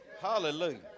Hallelujah